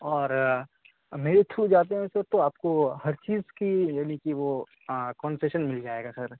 اور میرے تھرو جاتے ہیں سر تو آپ کو ہر چیز کی یعنی کہ وہ کنسیشن مل جائے گا سر